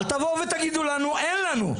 אל תבואו ותגידו לנו אין לנו.